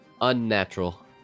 Unnatural